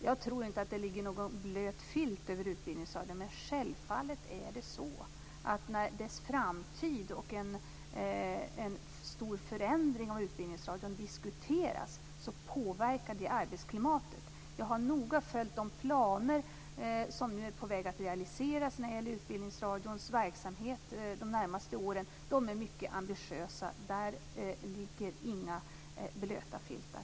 Jag tror inte att det ligger någon blöt filt över Utbildningsradion, men självfallet påverkas arbetsklimatet när Utbildningsradions framtid och en stor förändring diskuteras. Jag har noga följt de planer som nu är på väg att realiseras när det gäller Utbildningsradions verksamhet de närmaste åren. De är mycket ambitiösa. Där ligger inga blöta filtar.